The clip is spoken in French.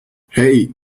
hey